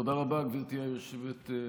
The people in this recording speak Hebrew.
תודה רבה, גברתי היושבת-ראש.